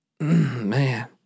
Man